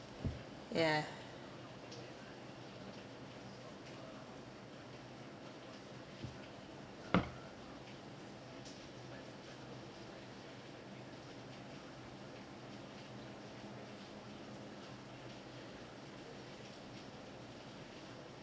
yeah